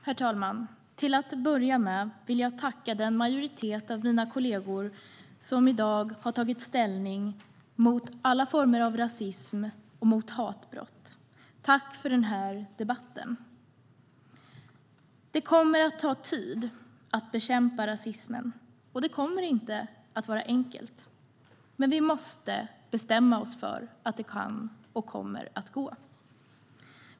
Herr talman! Jag vill börja med att tacka den majoritet av mina kollegor som i dag har tagit ställning mot alla former av rasism och mot hatbrott. Tack för den här debatten! Det kommer att ta tid att bekämpa rasismen, och det kommer inte att vara enkelt. Men vi måste bestämma oss för att det kan och kommer att gå.